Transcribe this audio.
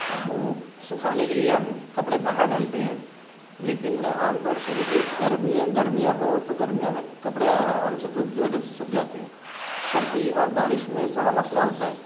اب سکھانے کے لیے ہم کپڑے باہر ڈالتے ہیں لیکن عام طور سے جیسے گرمیوں گرمیاں ہوں تو گرمیوں میں کپڑے آرام سے دھوپ کی وجہ سےسوکھ جاتے ہیں سردی اور بارش میں تھوڑا مسئلہ ہوتا ہے